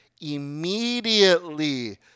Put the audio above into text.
immediately